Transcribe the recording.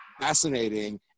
fascinating